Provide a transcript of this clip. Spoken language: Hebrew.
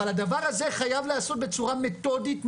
אבל הדבר הזה חייב להיעשות בצורה מתודית,